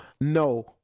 no